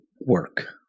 work